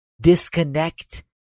disconnect